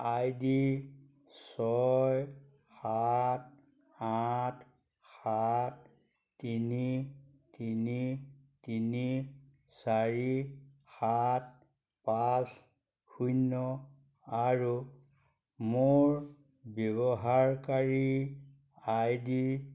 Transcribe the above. আই D ছয় সাত আঠ সাত তিনি তিনি তিনি চাৰি সাত পাঁচ শূন্য আৰু মোৰ ব্যৱহাৰকাৰী আই ডি